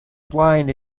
blind